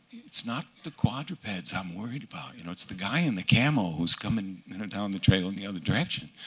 it's not the quadrupeds i'm worried about. you know it's the guy in the camo who's coming down the trail in the other direction.